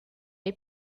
est